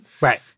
Right